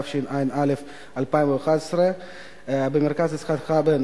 התשע"א 2011. מרכז יצחק רבין